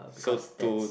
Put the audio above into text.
because that's